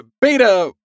beta